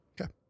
Okay